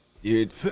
Dude